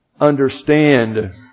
understand